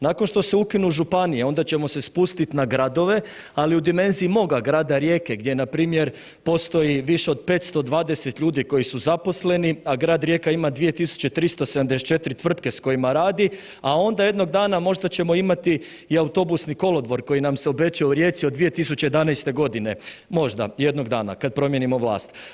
Nakon što se ukinu županije, onda ćemo se spustit na gradove, ali u dimenziji moga grada Rijeke gdje npr. postoji više od 520 ljudi koji su zaposleni, a grad Rijeka ima 2374 tvrtke s kojima radi, a onda jednog dana možda ćemo imati i autobusni kolodvor koji nam se obećao u Rijeci od 2011.g., možda jednog dana kad promijenimo vlast.